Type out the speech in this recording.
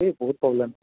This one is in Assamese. এই বহুত প্ৰবলেম